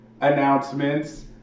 announcements